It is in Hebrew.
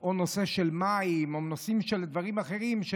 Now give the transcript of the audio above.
גם נושא של מים ונושאים של דברים אחרים,